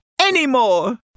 anymore